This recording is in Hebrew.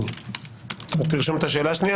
תרשום את השאלה.